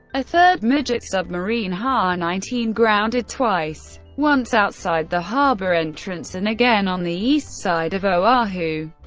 a third midget submarine, ha nineteen, grounded twice, once outside the harbor entrance and again on the east side of oahu,